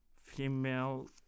Female